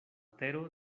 tero